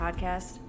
podcast